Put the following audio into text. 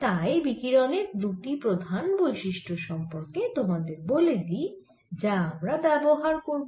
তাই বিকিরণের দুটি প্রধান বৈশিষ্ট্য সম্পর্কে তোমাদের বলে দিই যা আমি ব্যবহার করব